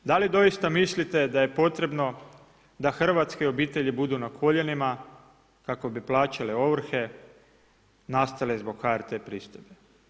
Da li doista mislite da je potrebno da hrvatske obitelji budu na koljenima kako bi plaćale ovrhe nastale zbog HRT pristojbi?